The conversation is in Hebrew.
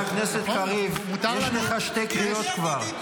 חבר הכנסת קריב, יש לך שתי קריאות כבר.